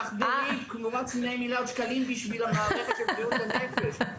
תחזרי תמורת שני מיליארד שקלים בשביל המערכת של בריאות הנפש.